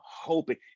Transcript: hoping